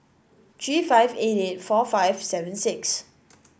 three five eight eight four five seven six